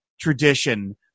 tradition